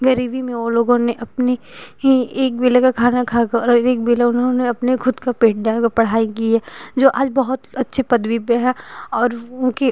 गरीबी में वो लोगों ने अपनी ही एक वेले का खाना खाकर और एक बेला उन्होंने अपने ख़ुद का पेट पढ़ाई की है जो आज बहुत अच्छी पदवी पर है और उनकी